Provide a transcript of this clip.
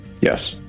Yes